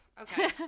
okay